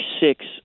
six